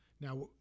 Now